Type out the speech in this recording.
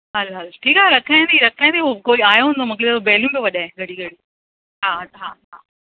हल हल ठीकु आहे रखांव थी रखांव थी हो कोई आहियो हूंदो मूंखे लॻे थो बैलियूं थो बजाए घड़ी घड़ी हा हा हा